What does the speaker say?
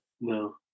No